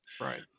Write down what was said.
Right